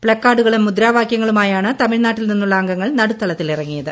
പ്തക്കാർഡുകളും മുദ്രാവാക്യങ്ങളുമായാണ് തമിഴ്നാട്ടിൽ നിന്നുള്ള അംഗങ്ങൾ നടുത്തളത്തിലിറങ്ങിയത്